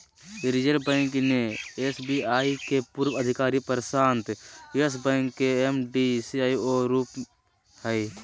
reserve Bank ने SBI के पूर्व अधिकारी प्रशांत यस बैंक के एम.डी, सी.ई.ओ रूप हइ